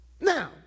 Now